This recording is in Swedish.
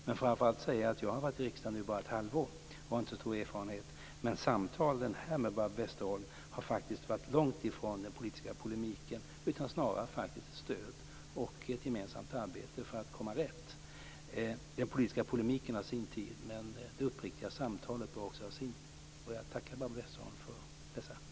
Jag har varit med i riksdagsdebatter under bara ett halvår och har inte så stor erfarenhet, men samtalen här med Barbro Westerholm har varit långt ifrån den politiska polemiken. Snarare har de varit till stöd och ett gemensamt arbete för att komma rätt. Den politiska polemiken har sin tid, men det uppriktiga samtalet bör också ha sin tid. Jag tackar Barbro Westerholm för dessa samtal.